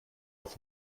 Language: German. auf